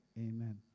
amen